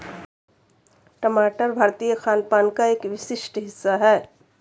टमाटर भारतीय खानपान का एक विशिष्ट हिस्सा है